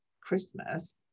Christmas